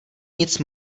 nic